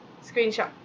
screen shot